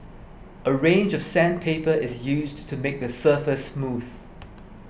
a range of sandpaper is used to make the surface smooth